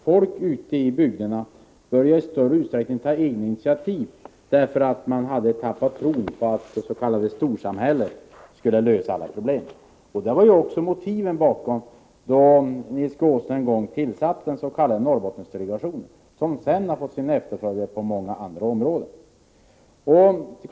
Folk ute i bygderna började i större utsträckning ta egna initiativ därför att de hade tappat tron på att det s.k. storsamhället skulle lösa alla problem. Det var också motiven till att Nils G. Åsling en gång tillsatte den s.k Norrbottensdelegationen, som sedan har fått efterföljare på många andra områden.